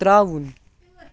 ترٛاوُن